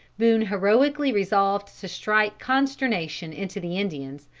boone heroically resolved to strike consternation into the indians,